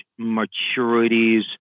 maturities